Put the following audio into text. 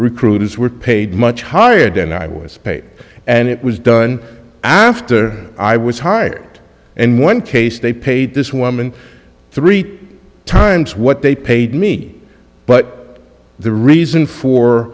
recruiters were paid much higher deny was paid and it was done after i was hired in one case they paid this woman three times what they paid me but the reason for